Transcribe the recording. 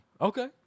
Okay